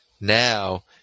now